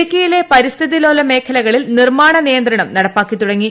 ഇടുക്കിയിലെ പരിസ്ഥിതി ലോല മേഖലകളിൽ നിർമ്മാണ നിയന്ത്രണം ഗവൺമെന്റ് നടപ്പാക്കി തുടങ്ങി